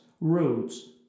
roads